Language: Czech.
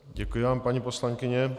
Děkuji vám, paní poslankyně.